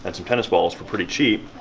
and some tennis balls for pretty cheap,